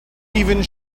even